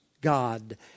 God